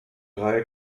drei